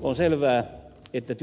on selvää että